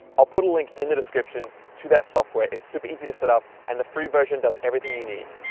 i'll put a link in the description to that software. it's super easy to set up and the free version does everything you need.